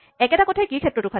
একেটা কথাই কী ৰ ক্ষেত্ৰটো খাতে